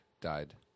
died